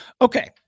okay